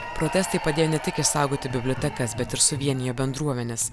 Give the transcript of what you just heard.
protestai padėjo ne tik išsaugoti bibliotekas bet ir suvienijo bendruomenes